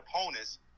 opponents